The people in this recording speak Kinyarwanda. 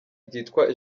ryitwa